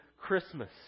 Christmas